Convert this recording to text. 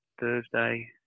Thursday